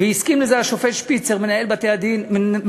הסכים לזה השופט שפיצר, מנהל בתי-המשפט,